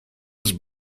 was